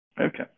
okay